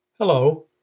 Hello